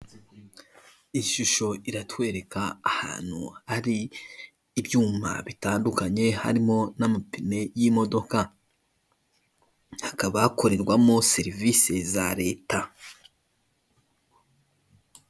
Ishusho iratwereka ahantu hari ibyuma bitandukanye; harimo n'amapine y'imodoka, hakaba hakorerwamo serivise za leta.